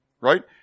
right